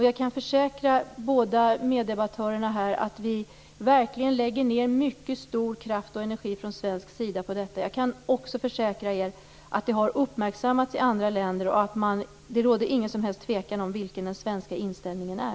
Jag kan försäkra de båda meddebattörerna att vi från svensk sida verkligen lägger ned mycket stor kraft och energi på detta. Jag kan också försäkra er att detta har uppmärksammats i andra länder och att det inte råder någon som helst tvekan om vilken den svenska inställningen är.